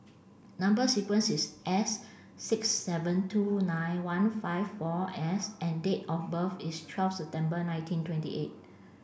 number sequence is S six seven two nine one five four S and date of birth is twelve September nineteen twenty eight